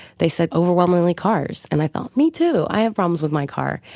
they said overwhelmingly cars, and i thought, me too. i have problems with my car.